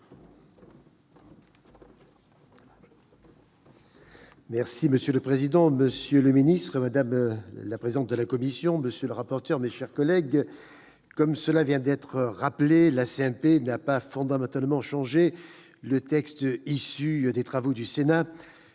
Monsieur le président, monsieur le ministre, madame la présidente de la commission, monsieur le rapporteur, mes chers collègues, comme cela vient d'être rappelé, la commission mixte paritaire n'a pas fondamentalement changé le texte issu des travaux du Sénat.